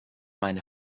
meine